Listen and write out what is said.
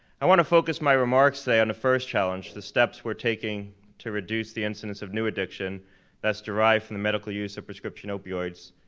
i wanna focus my remarks today on the first challenge, the steps we're taking to reduce the incidents of new addiction that's derived from the medical use of prescription opioids.